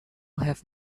have